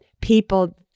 people